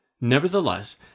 Nevertheless